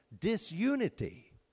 disunity